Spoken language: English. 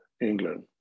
England